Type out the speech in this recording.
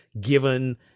given